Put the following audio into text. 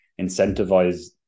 incentivize